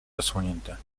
zasłonięte